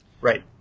Right